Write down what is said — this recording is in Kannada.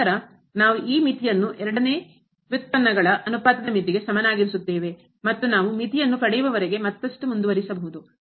ಮತ್ತು ನಂತರ ನಾವು ಈ ಮಿತಿಯನ್ನು ಎರಡನೇ ಉತ್ಪನ್ನಗಳ ಅನುಪಾತದ ಮಿತಿಗೆ ಸಮನಾಗಿರಿಸುತ್ತೇವೆ ಮತ್ತು ನಾವು ಮಿತಿಯನ್ನು ಪಡೆಯುವವರೆಗೆ ಮತ್ತಷ್ಟು ಮುಂದುವರಿಸಬಹುದು